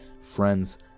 friends